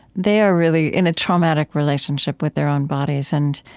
they are really in a traumatic relationship with their own bodies and